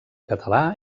català